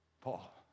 Paul